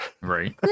Right